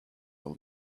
all